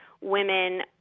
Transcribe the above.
women